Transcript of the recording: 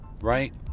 right